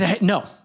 No